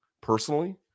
personally